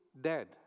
dead